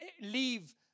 leave